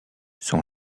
son